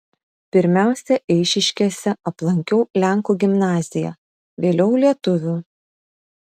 pirmiausia eišiškėse aplankiau lenkų gimnaziją vėliau lietuvių